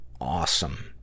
awesome